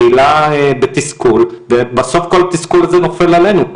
הקהילה בתסכול, ובסוף כל התסכול הזה נופל עלינו.